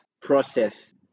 process